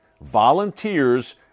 volunteers